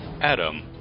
Adam